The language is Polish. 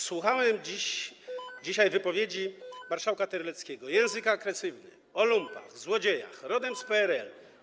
Słuchałem dzisiaj wypowiedzi marszałka Terleckiego - język agresywny, o lumpach, złodziejach, rodem z PRL-u.